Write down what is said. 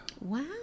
Wow